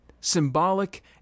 Symbolic